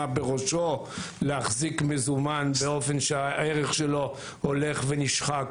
בראשו להחזיק מזומן באופן שהערך שלו הולך ונשחק,